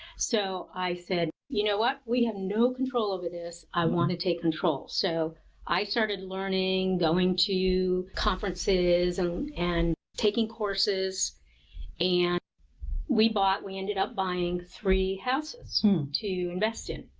so i said, you know what, we have no control over this. i want to take control. so i started learning, going to conferences um and and taking courses and we bought, we ended up buying three houses to invest in,